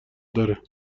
داره